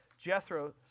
Jethro